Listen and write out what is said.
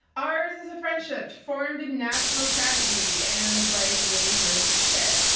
ours is a friendship formed in national tragedy and like really gross shit.